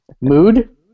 mood